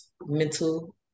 mental